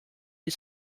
die